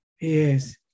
Yes